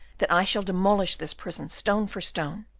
that i shall demolish this prison, stone for stone!